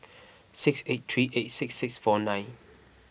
six eight three eight six six four nine